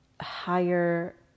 higher